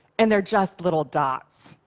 and they're just little dots.